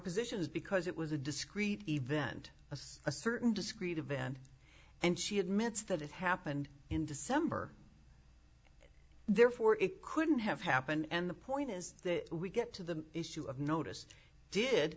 positions because it was a discrete event of a certain discrete event and she admits that it happened in december therefore it couldn't have happened and the point is we get to the issue of notice did